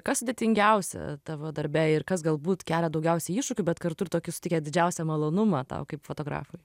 kas sudėtingiausia tavo darbe ir kas galbūt kelia daugiausiai iššūkių bet kartu tokį suteikia didžiausią malonumą tau kaip fotografui